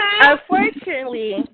Unfortunately